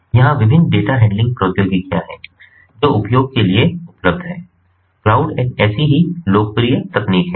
यहाँ विभिन्न data handling प्रौद्योगिकियां हैं जो उपयोग के लिए उपलब्ध हैं क्लाउड एक ऐसी ही लोकप्रिय तकनीक है